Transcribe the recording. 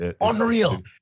unreal